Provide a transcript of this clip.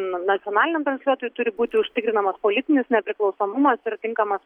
nacionaliniam transliuotojui turi būti užtikrinamas politinis nepriklausomumas ir tinkamas